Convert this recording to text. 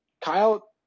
Kyle